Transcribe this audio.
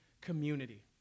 community